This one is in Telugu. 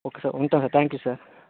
ఓకే సార్ ఉంటాను సార్ థ్యాంక్ యూ సార్